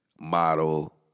model